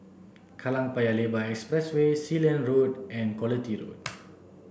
Kallang Paya Lebar Expressway Sealand Road and Quality Road